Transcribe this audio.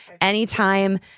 anytime